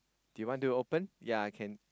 they want to open yea can